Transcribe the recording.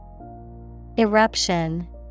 Eruption